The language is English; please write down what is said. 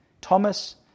Thomas